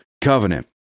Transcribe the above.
covenant